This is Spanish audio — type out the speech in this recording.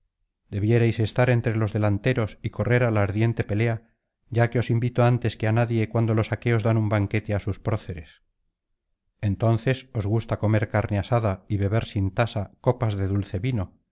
debierais estar entre los delanteros y correr á la ardiente pelea ya que os invito antes que á nadie cuando los aqueos dan un banquete á sus proceres entonces os gusta comer carne asada y beber sin tasa copas de dulce vino